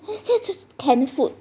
isn't that just canned food